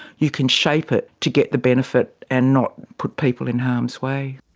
you can shape it to get the benefit and not put people in harm's way.